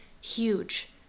Huge